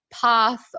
path